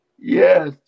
Yes